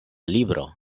libro